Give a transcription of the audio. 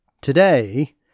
today